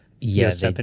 yes